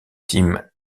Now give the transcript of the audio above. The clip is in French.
tim